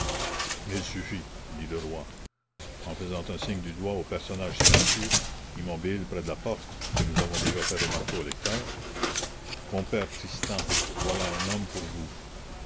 il suffit dit le roi et faisant un signe du doigt au personnage silencieux immobile près de la porte que nous avons déjà fait remarquer au lecteur compère tristan voilà un homme pour vous